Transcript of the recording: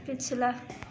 پچھلا